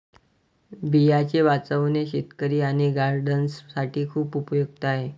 बियांचे वाचवणे शेतकरी आणि गार्डनर्स साठी खूप उपयुक्त आहे